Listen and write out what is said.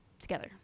together